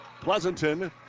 Pleasanton